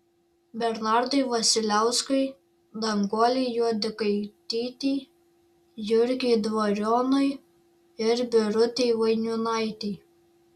bernardui vasiliauskui danguolei juodikaitytei jurgiui dvarionui ir birutei vainiūnaitei